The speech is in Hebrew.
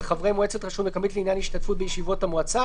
וחברי מועצת רשות מקומית לעניין השתתפות בישיבות המועצה